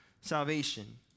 salvation